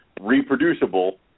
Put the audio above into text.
reproducible